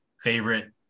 favorite